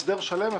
הסדר שלם,